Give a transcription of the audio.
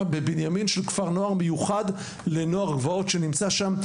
בבנימין של כפר נוער מיוחד לנוער גבעות שנמצא שם,